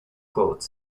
quote